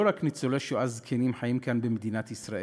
לא רק ניצולי שואה זקנים חיים כאן במדינת ישראל.